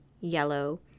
yellow